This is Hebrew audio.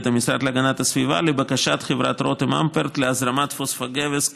המשרד להגנת הסביבה לבקשת חברת רותם אמפרט להזרמת פוספוגבס,